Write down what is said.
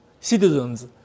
citizens